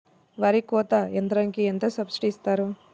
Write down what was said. వరి కోత యంత్రంకి ఎంత సబ్సిడీ ఇస్తారు?